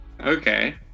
Okay